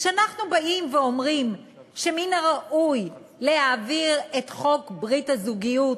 כשאנחנו באים ואומרים שמן הראוי להעביר את חוק ברית הזוגיות,